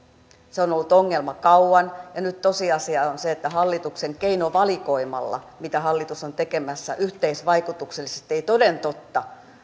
se on on ollut ongelma kauan ja nyt tosiasia on se että hallituksen keinovalikoimalla mitä hallitus on tekemässä yhteisvaikutuksellisesti ei toden totta